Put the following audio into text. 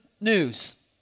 news